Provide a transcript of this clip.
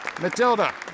Matilda